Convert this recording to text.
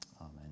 Amen